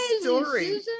story